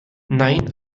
nein